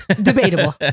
debatable